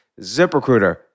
ZipRecruiter